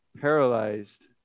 paralyzed